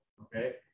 Okay